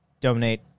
Donate